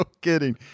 kidding